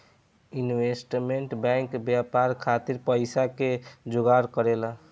investment bank व्यापार खातिर पइसा के जोगार करेला